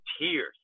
tears